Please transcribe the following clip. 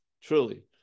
truly